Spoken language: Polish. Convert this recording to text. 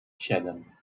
siedem